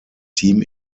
team